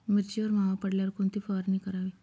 मिरचीवर मावा पडल्यावर कोणती फवारणी करावी?